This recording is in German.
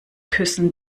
küssen